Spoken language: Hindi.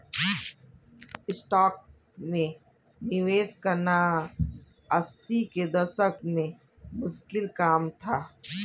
स्टॉक्स में निवेश करना अस्सी के दशक में मुश्किल काम था